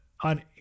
On